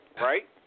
right